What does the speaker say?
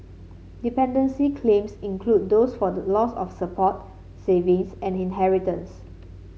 dependency claims include those for the loss of support savings and inheritance